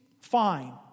fine